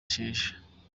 sheja